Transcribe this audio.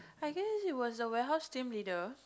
I guess he was the warehouse team leader